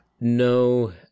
No